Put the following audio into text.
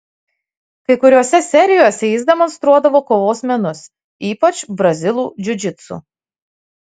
kai kuriose serijose jis demonstruodavo kovos menus ypač brazilų džiudžitsu